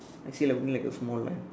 I see only like a small line